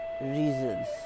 reasons